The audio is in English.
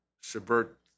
subvert